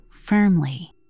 firmly